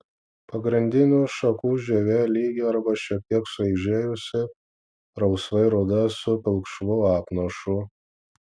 pagrindinių šakų žievė lygi arba šiek tiek suaižėjusi rausvai ruda su pilkšvu apnašu